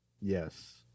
Yes